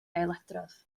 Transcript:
ailadrodd